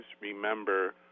remember